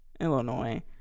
Illinois